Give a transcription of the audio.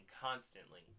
constantly